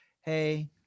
Hey